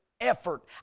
effort